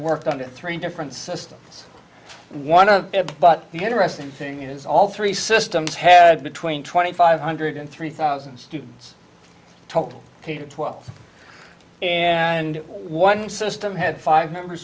worked under three different systems one but the interesting thing is all three systems had between twenty five hundred and three thousand students total k twelve and one system had five member